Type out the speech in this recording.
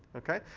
ok.